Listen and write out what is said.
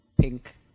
pink